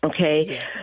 okay